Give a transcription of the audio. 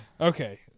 Okay